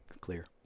Clear